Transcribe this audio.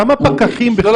כמה פקחים בכלל